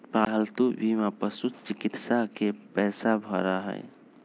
पालतू बीमा पशुचिकित्सा के पैसा भरा हई